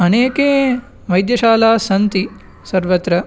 अनेके वैद्यशालाः सन्ति सर्वत्र